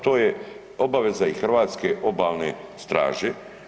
To je obaveza i Hrvatske obalne straže.